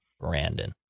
Brandon